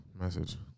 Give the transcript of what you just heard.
message